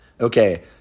Okay